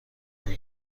کنم